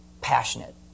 passionate